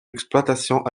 exploitations